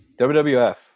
WWF